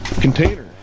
container